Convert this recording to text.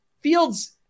Fields